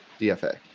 DFA